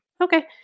Okay